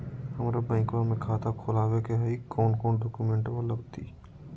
हमरा बैंकवा मे खाता खोलाबे के हई कौन कौन डॉक्यूमेंटवा लगती?